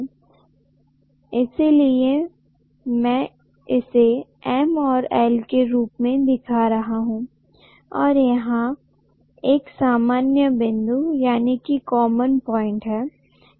This is my wattmeter इसलिए मैं इसे M और L के रूप में दिखा रहा हूं और यहा एक सामान्य बिंदु है